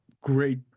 great